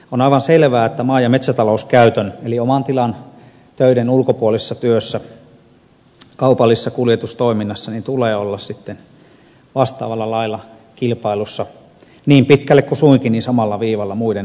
on aivan selvää että maa ja metsätalouskäytön eli oman tilan töiden ulkopuolisissa töissä kaupallisessa kuljetustoiminnassa tulee olla sitten vastaavalla lailla kilpailussa niin pitkälle kuin suinkin samalla viivalla muiden toimijoiden kanssa